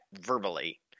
verbally